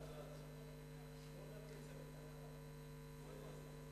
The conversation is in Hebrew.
ההצעה לכלול את הנושא בסדר-היום של הכנסת נתקבלה.